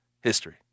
history